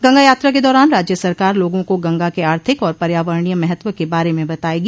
गंगा यात्रा के दौरान राज्य सरकार लोगों को गंगा के आर्थिक और पर्यावरणीय महत्व के बारे में बतायेगी